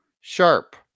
sharp